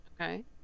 Okay